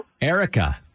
Erica